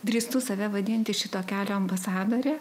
drįstu save vadinti šito kelio ambasadore